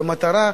והמטרה,